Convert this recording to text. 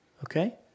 Okay